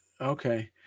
okay